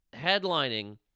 headlining